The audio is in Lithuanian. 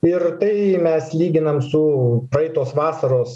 ir tai mes lyginam su praeitos vasaros